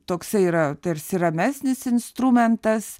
toksai yra tarsi ramesnis instrumentas